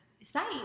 site